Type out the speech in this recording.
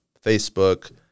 Facebook